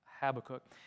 Habakkuk